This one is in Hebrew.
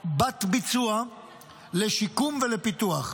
בת ביצוע לשיקום ולפיתוח.